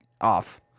off